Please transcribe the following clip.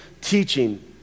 teaching